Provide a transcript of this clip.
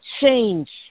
change